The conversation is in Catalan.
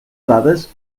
dades